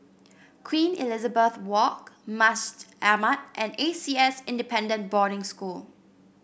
Queen Elizabeth Walk Masjid Ahmad and A C S Independent Boarding School